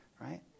right